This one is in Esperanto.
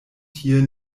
tie